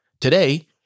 Today